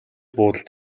буудалд